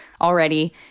already